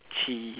cheese